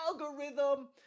algorithm